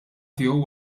tiegħu